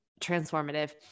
transformative